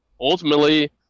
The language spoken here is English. ultimately